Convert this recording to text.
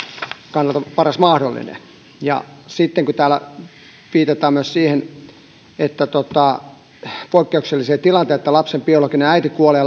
kannalta paras mahdollinen sitten täällä viitataan myös siihen että on poikkeuksellisia tilanteita lapsen biologinen äiti kuolee